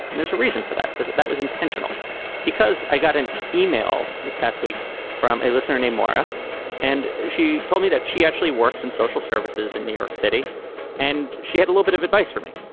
there's a reason for that because that was intentional because i got an email this past week from a listener anymore and she told me that she actually works in social services in new york city and she had a little bit of advice for me.